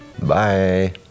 Bye